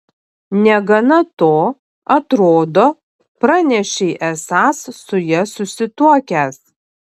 negana to atrodo pranešei esąs su ja susituokęs